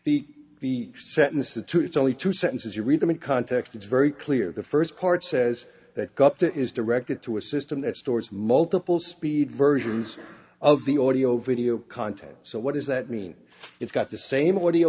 the two it's only two sentences you read them in context it's very clear the first part says that cup that is directed to a system that stores multiple speed versions of the audio video content so what does that mean it's got the same audio